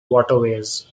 waterways